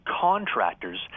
contractors